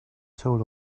soul